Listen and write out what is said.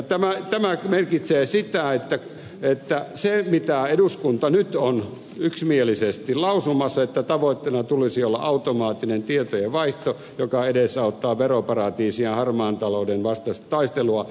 tämä merkitsee sitä että tavoitteena tulisi olla se mitä eduskunta nyt on yksimielisesti lausumassa automaattinen tietojenvaihto joka edesauttaa veroparatiisien ja harmaan talouden vastaista taistelua